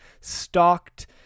stalked